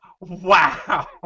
Wow